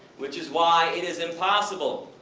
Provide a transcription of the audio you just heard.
which is why it is impossible.